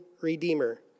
redeemer